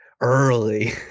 early